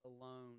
alone